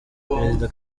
perezida